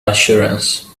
assurance